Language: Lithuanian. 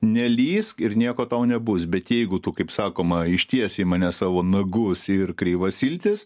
nelįsk ir nieko tau nebus bet jeigu tu kaip sakoma ištiesi į mane savo nagus ir kreivas iltis